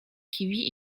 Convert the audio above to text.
kiwi